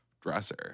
dresser